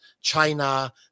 China